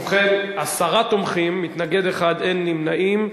סעיפים 1 40 נתקבלו.